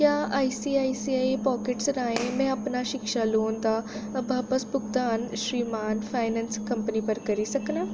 क्या आईसीआईसीआई पाकेटें राहें में अपना शिक्षा लोन दा बापस भुगतान श्रीमान फाइनैंस कंपनी पर करी सकनां